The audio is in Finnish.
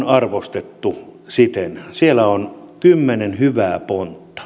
on arvostettu siten että siellä on kymmenen hyvää pontta